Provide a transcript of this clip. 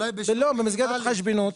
לא, במסגרת התחשבנות של העובד.